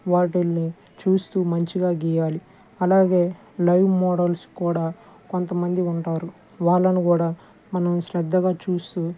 వాటిని చూస్తూ మంచిగా గీయాలి అలాగే లైవ్ మోడల్స్ కూడా కొంతమంది ఉంటారు వాళ్ళను కూడా మనం శ్రద్ధగా చూస్తూ